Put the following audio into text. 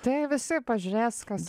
tai visi pažiūrės kas